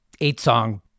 eight-song